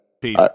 Peace